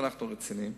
אנחנו רציניים,